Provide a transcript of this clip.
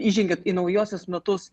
įžengiant į naujuosius metus